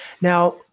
Now